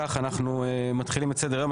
אנחנו מתחילים את סדר היום.